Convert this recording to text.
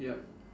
yup